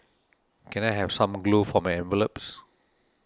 can I have some glue for my envelopes